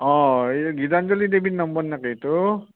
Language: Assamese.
অঁ এইটো গীতাঞ্জলী দেৱীৰ নম্বৰ নেকি এইটো